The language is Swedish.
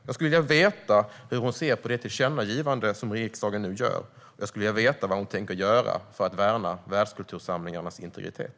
Jag skulle vilja veta hur hon ser på det tillkännagivande som riksdagen nu gör. Jag skulle vilja veta vad hon tänker göra för att värna världskultursamlingarnas integritet.